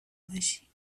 باشی